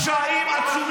מאיפה?